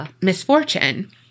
misfortune